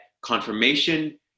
confirmation